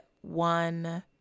one